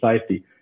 safety